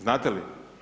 Znate li?